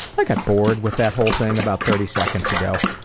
i got bored with that whole thing about thirty seconds ago.